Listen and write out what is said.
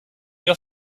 your